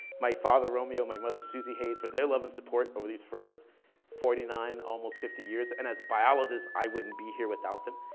my father, romeo, my mother susie hayes, for their love and support over these first forty nine, almost fifty years. and as a biologist, i wouldn't be here without them.